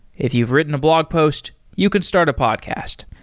if you've written a blog post, you can start a podcast.